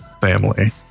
family